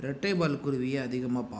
ரெட்டைவால் குருவியை அதிகமாக பார்ப்போம்